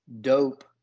dope